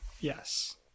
yes